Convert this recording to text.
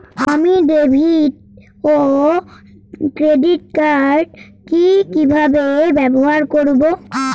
আমি ডেভিড ও ক্রেডিট কার্ড কি কিভাবে ব্যবহার করব?